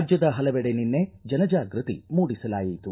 ರಾಜ್ಯದ ಹಲವೆಡೆ ನಿನ್ನೆ ಜನ ಜಾಗೃತಿ ಮೂಡಿಸಲಾಯಿತು